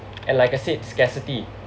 and like I said scarcity